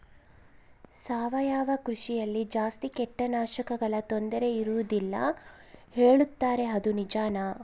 ಸಾವಯವ ಕೃಷಿಯಲ್ಲಿ ಜಾಸ್ತಿ ಕೇಟನಾಶಕಗಳ ತೊಂದರೆ ಇರುವದಿಲ್ಲ ಹೇಳುತ್ತಾರೆ ಅದು ನಿಜಾನಾ?